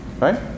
Right